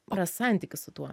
rast santykį su tuo